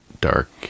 dark